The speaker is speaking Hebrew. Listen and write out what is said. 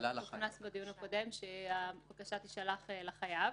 נכנס בדיון הקודם שהבקשה תישלח לחייב.